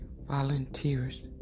volunteers